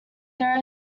there